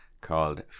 called